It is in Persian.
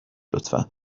لطفا